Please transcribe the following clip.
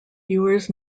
viewers